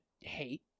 hate